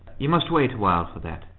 you must wait a while for that.